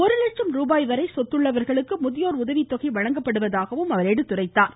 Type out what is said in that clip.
ஒரு லட்சம் ரூபாய் வரை சொத்துள்ளவர்களுக்கு முதியோர் உதவித்தொகை வழங்கப்படுவதாக கூறினார்